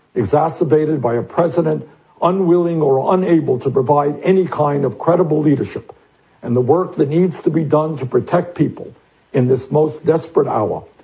exacerbated by a president unwilling or ah unable to provide any kind of credible leadership and the work that needs to be done to protect people in this most desperate hour,